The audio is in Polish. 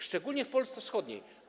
Szczególnie w Polsce wschodniej.